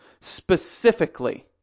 specifically